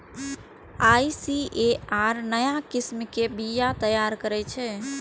ICAR नया किस्म के बीया तैयार करै छै